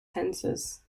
tenses